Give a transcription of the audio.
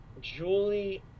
Julie